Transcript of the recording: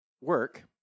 work